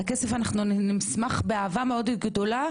על הכסף נשמח לדבר באהבה מאוד גדולה,